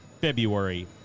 February